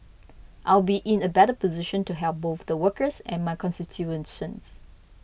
I will be in a better position to help both the workers and my constituents